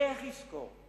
איך יזכור,